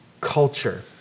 Culture